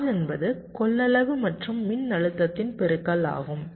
charge என்பது கொள்ளளவு மற்றும் மின்னழுத்தத்தின் பெருக்கல் ஆகும்